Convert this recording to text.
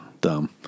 dumb